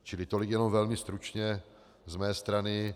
Čili tolik jenom velmi stručně z mé strany.